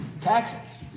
taxes